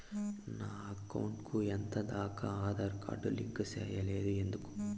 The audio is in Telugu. నా అకౌంట్ కు ఎంత దాకా ఆధార్ కార్డు లింకు సేయలేదు ఎందుకు